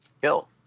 Kill